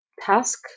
task